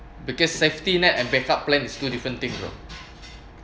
because safety net and backup plan is two different things bro